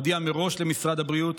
הודיע מראש למשרד הבריאות,